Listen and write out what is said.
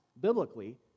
Biblically